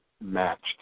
matched